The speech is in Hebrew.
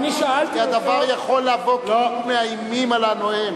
כי הדבר יכול לבוא כאילו מאיימים על הנואם.